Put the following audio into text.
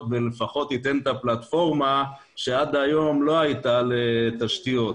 ולפחות ייתן את הפלטפורמה שעד היום לא הייתה לתשתיות.